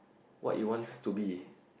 what you wants to be